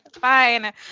fine